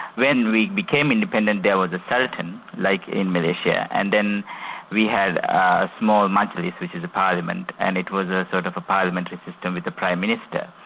when we became independent, there was a sultan like in malaysia, and then we had a small majlis which is a parliament, and it was a sort of a parliamentary system with a prime minister.